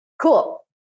Cool